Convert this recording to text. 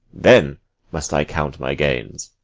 then must i count my gains.